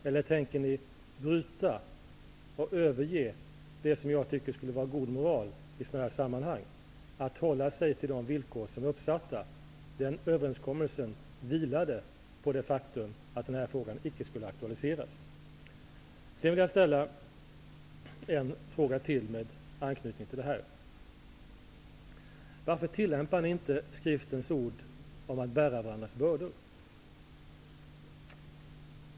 Eller tänker ni bryta mot det och överge det som borde vara god moral i detta sammanhang, nämligen att hålla sig till de villkor som är uppsatta? Den överenskommelsen vilade på det faktum att den här frågan icke skulle aktualiseras. Sedan vill jag ställa en fråga till med anknytning till detta: Varför tillämpar ni inte Skriftens ord om att bära varandras bördor?